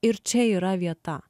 ir čia yra vieta